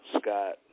Scott